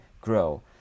grow